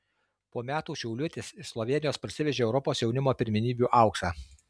po metų šiaulietis iš slovėnijos parsivežė europos jaunimo pirmenybių auksą